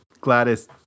Gladys